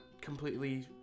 completely